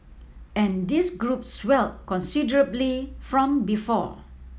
and this group swell considerably from before